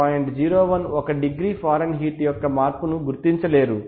01 ఒక degree Fahrenheit యొక్క మార్పును గుర్తించలేరు